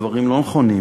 הדברים לא נכונים,